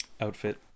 outfit